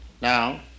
Now